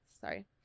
sorry